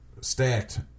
stacked